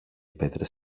πέτρες